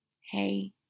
Hey